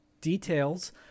details